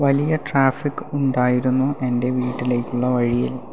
വലിയ ട്രാഫിക് ഉണ്ടായിരുന്നു എൻ്റെ വീട്ടിലേക്കുള്ള വഴിയിൽ